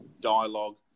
dialogue